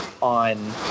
on